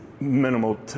minimal